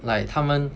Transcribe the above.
like 他们